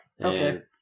Okay